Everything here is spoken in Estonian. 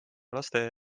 laste